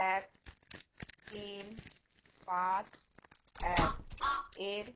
এক তিন পাঁচ এক এর